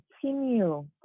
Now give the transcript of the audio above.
continue